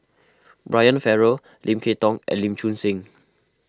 Brian Farrell Lim Kay Tong and Lee Choon Seng